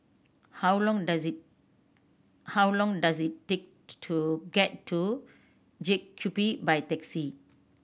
how long does it how long does it take to get to JCube by taxi